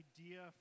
idea